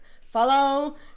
Follow